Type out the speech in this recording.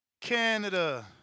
Canada